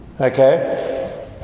Okay